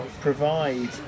provide